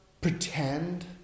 pretend